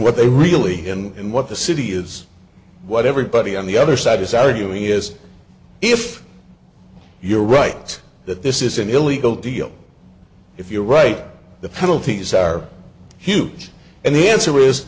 what they really and what the city is what everybody on the other side is arguing is if you're right that this is an illegal deal if you're right the penalties are huge and the answer is